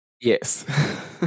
yes